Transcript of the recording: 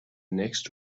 next